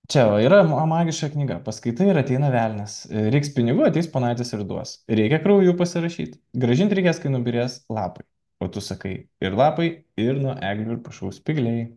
čia yra magiška knyga paskaitai ir ateina velnias reiks pinigų ponaitis ir duos reikia krauju pasirašyt grąžinti reikės kai nubyrės lapai o tu sakai ir lapai ir nuo eglių ir pušų spygliai